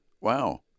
wow